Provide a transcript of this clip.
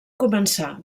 començar